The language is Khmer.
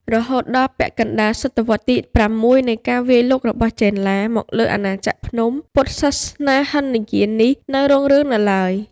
រហូតដល់ពាក់កណ្តាលសតវត្សទី៦ នៃការវាយលុករបស់ចេនឡាមកលើអាណាចក្រភ្នំ ពុទ្ធសាសនាហីនយាននេះនៅរុងរឿងនៅឡើយ ។